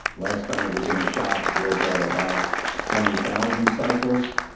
last time it was in a shop was at about twenty thousand cycles,